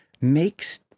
makes